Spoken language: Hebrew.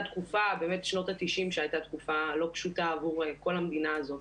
באמת שנות ה-90' הייתה תקופה לא פשוטה עבור כל המדינה הזאת.